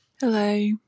Hello